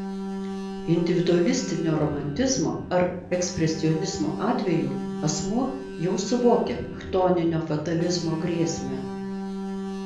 individualistinio romantizmo ar ekspresionizmo atveju asmuo jau suvokia chtoninio fatalizmo grėsmę